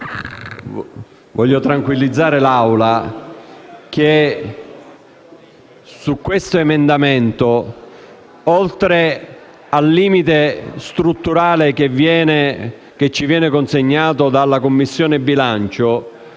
Voglio tranquillizzare l'Assemblea rispetto al fatto che su questo emendamento, oltre al limite strutturale che ci viene consegnato dalla Commissione bilancio,